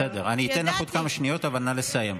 בסדר, אני אתן לך עוד כמה שניות, אבל נא לסיים.